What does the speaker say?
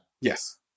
Yes